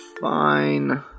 fine